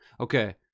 Okay